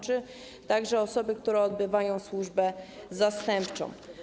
Chodzi także o osoby, które odbywają służbę zastępczą.